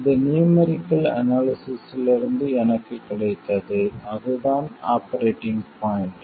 இது நியூமெரிக்கல் அனாலிசிஸ்ஸிலிருந்து எனக்குக் கிடைத்தது அதுதான் ஆபரேட்டிங் பாய்ண்ட்